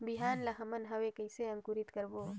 बिहान ला हमन हवे कइसे अंकुरित करबो?